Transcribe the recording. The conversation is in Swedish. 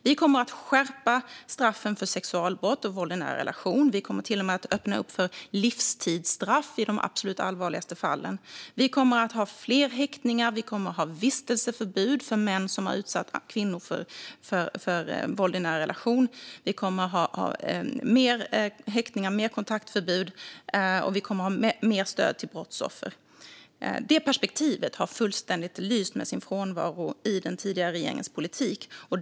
Vi kommer att skärpa straffen för sexualbrott och våld i nära relation. Vi kommer till och med att öppna upp för livstidsstraff i de absolut allvarligaste fallen. Vi kommer att ha fler häktningar. Vi kommer att ha vistelseförbud för män som har utsatt kvinnor för våld i nära relation. Vi kommer att ha mer kontaktförbud. Och vi kommer att ha mer stöd till brottsoffer. Det perspektivet har lyst fullständigt med sin frånvaro i den tidigare regeringens politik.